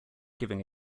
giving